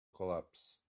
collapse